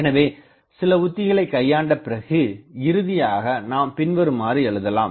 எனவே சில உத்திகளைக் கையாண்ட பிறகு இறுதியாக நாம் பின்வருமாறு எழுதலாம்